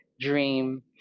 dream